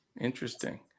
Interesting